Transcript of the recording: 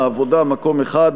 העבודה: מקום אחד.